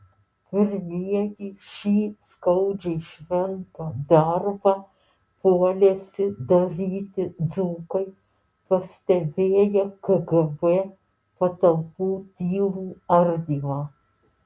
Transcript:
pirmieji šį skaudžiai šventą darbą puolėsi daryti dzūkai pastebėję kgb patalpų tylų ardymą